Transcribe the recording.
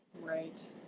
right